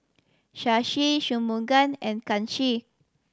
Shashi Shunmugam and Kanshi